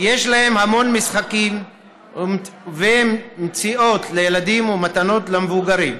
יש להם המון משחקים ומציאות לילדים ומתנות למבוגרים.